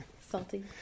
Salty